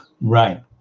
right